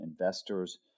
investors